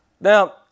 Now